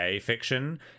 fiction